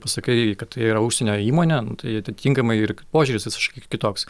pasakai kad tai yra užsienio įmonė tai atitinkamai požiūris visiškai kitoks